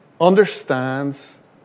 understands